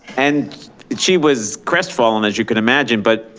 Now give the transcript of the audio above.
and she was crestfallen as you can imagine, but